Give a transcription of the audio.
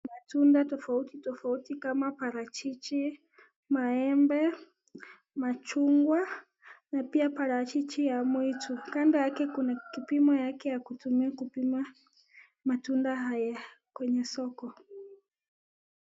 Matunda tofauti tofauti kama parachichi, maembe, machungwa na pia parachichi ya mwitu. Kando yake kuna kipimo yake ya kutumia kupima matunda haya kwenye soko.